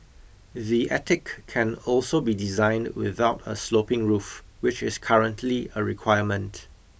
the attic can also be designed without a sloping roof which is currently a requirement